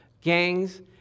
gangs